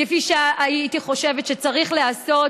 כפי שהייתי חושבת שצריך להיעשות,